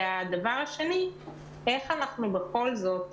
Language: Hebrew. את אמרת כלים